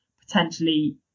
potentially